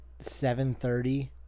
7:30